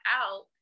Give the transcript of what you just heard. out